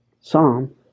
Psalm